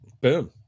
Boom